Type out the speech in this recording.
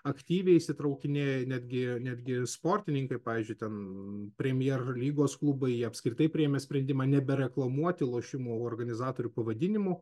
aktyviai įsitraukinėja netgi netgi sportininkai pavyzdžiui ten premjer lygos klubai apskritai priėmė sprendimą nebereklamuoti lošimų organizatorių pavadinimų